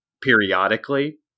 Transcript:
periodically